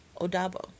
Odabo